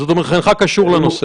זאת אומרת, אינך קשור לנושא?